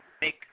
make